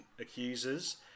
accusers